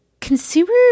consumer